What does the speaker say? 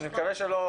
אני מקווה שלא